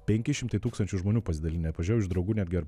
penki šimtai tūkstančių žmonių pasidalinę pažiūrėjau iš draugų netgi ar